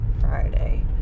Friday